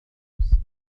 france